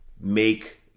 make